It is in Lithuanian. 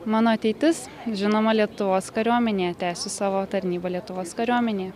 mano ateitis žinoma lietuvos kariuomenėje tęsiu savo tarnybą lietuvos kariuomenėj